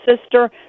sister